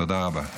תודה רבה.